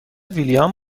ویلیام